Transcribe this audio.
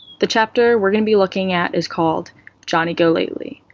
the chapter we're going to be looking at is called johnny go lately.